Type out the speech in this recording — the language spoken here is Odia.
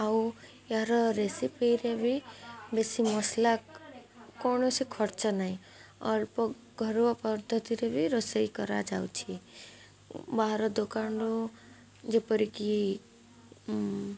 ଆଉ ଏହାର ରେସିପିରେ ବି ବେଶୀ ମସଲା କୌଣସି ଖର୍ଚ୍ଚ ନାହିଁ ଅଳ୍ପ ଘରୋଇ ପଦ୍ଧତିରେ ବି ରୋଷେଇ କରାଯାଉଛି ବାହାର ଦୋକାନରୁ ଯେପରିକି